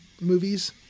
movies